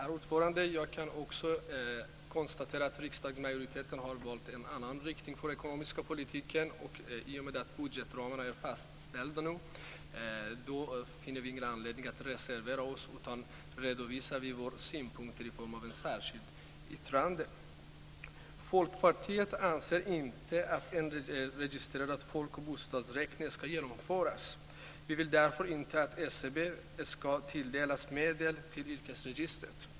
Herr talman! Jag kan också konstatera att riksdagsmajoriteten har valt en annan riktning för den ekonomiska politiken. I och med att budgetramarna nu är fastställda finner vi ingen anledning att reservera oss. Utan vi redovisar våra synpunkter i form av ett särskilt yttrande. Folkpartiet anser inte att en registrerad folk och bostadsräkning ska genomföras. Vi vill därför inte att SCB ska tilldelas medel till yrkesregistret.